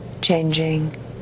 changing